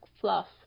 fluff